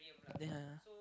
ya